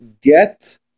get